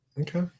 Okay